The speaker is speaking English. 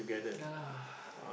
ya lah